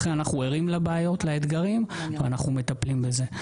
אנחנו ערים לבעיות, לאתגרים, ואנחנו מטפלים בזה.